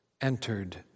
entered